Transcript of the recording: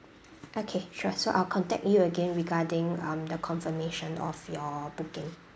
okay sure so I'll contact you again regarding um the confirmation of your booking